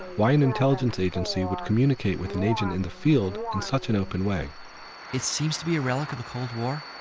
why an intelligence agency would communicate with an agent in the field in such an open way it seems to be a relic of the cold war.